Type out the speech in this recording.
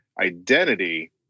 Identity